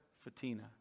Fatina